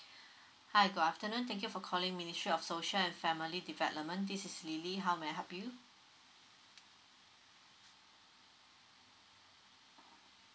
hi good afternoon thank you for calling ministry of social and family development this is lily how may I help you